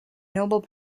nobel